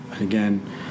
Again